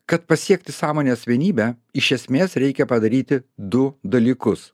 kad pasiekti sąmonės vienybę iš esmės reikia padaryti du dalykus